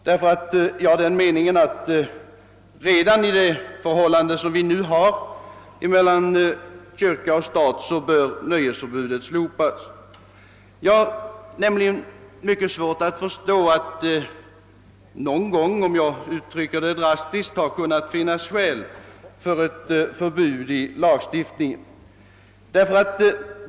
Jag är av den meningen att redan i det förhållande vi nu har mellan kyrka och stat bör nöjesförbudet slopas. Jag har nämligen mycket svårt att förstå — för att uttrycka mig drastiskt — att det över huvud taget någon gång har kunnat finnas skäl för ett förbud i lagstiftningen.